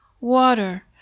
water